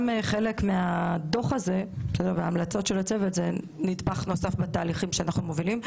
חלק מהדוח הזה וההמלצות של הצוות הם נדבך נוסף בתהליכים שאנחנו מובילים.